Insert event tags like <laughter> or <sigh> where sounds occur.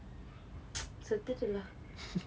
<noise> செத்துட்டு:sethuttu lah